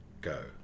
Go